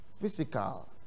physical